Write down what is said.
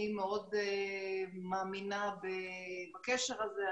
אני מאוד מאמינה בקשר הזה.